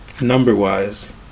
number-wise